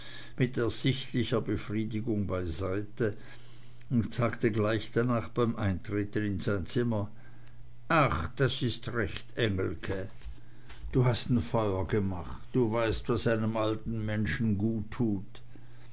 mit ersichtlicher befriedigung beiseite und sagte gleich danach beim eintreten in sein zimmer ach das is recht engelke du hast ein feuer ge macht du weißt was einem alten menschen guttut